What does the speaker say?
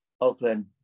Oakland